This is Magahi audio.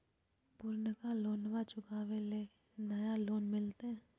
पुर्नका लोनमा चुकाबे ले नया लोन मिलते?